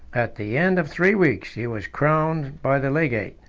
at the end of three weeks he was crowned by the legate,